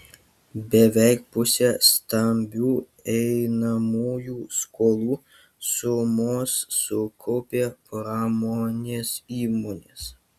beveik pusę stambių einamųjų skolų sumos sukaupė pramonės įmonės